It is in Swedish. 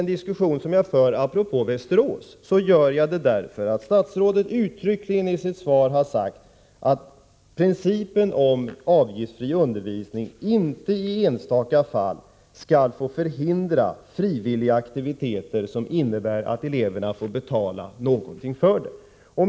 Diskussionen apropå det som hänt i Västerås för jag därför att statsrådet uttryckligen har sagt i sitt svar att principen om avgiftsfri undervisning inte i enstaka fall skall få förhindra frivilliga aktiviteter som innebär att eleverna får betala någonting för dem.